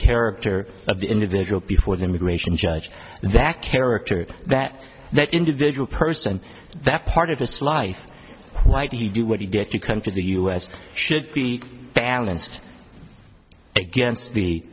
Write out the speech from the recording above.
character of the individual before the immigration judge that character that that individual person that part of this life why did he do what he did to come to the u s should be balanced against the